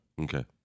Okay